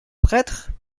prêtre